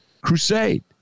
crusade